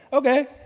okay,